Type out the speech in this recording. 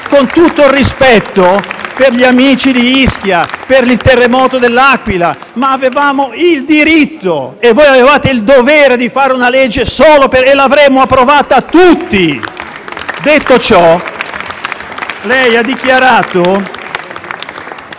Con tutto il rispetto per gli amici di Ischia e per il terremoto dell'Aquila, avevamo il diritto e voi avete il dovere di fare una legge solo per Genova e l'avremmo approvata tutti.*(Applausi dai Gruppi